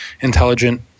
intelligent